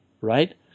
right